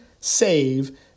save